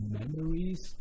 memories